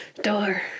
door